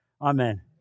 Amen